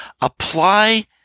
apply